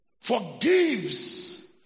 Forgives